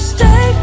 Stay